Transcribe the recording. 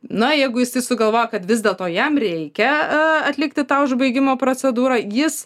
na jeigu jisai sugalvojo kad vis dėlto jam reikia atlikti tą užbaigimo procedūrą jis